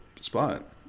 spot